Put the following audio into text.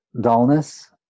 dullness